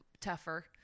tougher